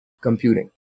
computing